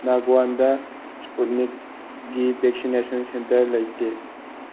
ꯅꯒ꯭ꯋꯥꯟꯗ ꯏꯁꯄꯨꯅꯤꯛꯒꯤ vaccination centre ꯂꯩꯇꯦ